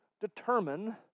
determine